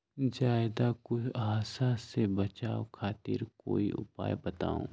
ज्यादा कुहासा से बचाव खातिर कोई उपाय बताऊ?